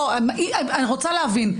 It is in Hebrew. אני רוצה להבין.